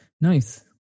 Nice